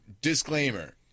disclaimer